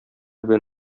белән